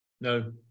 No